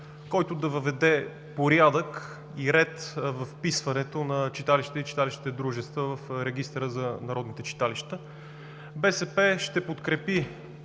който да въведе порядък и ред във вписването на читалища и читалищните дружества в Регистъра за народните читалища. БСП ще подкрепи